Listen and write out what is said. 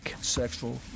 sexual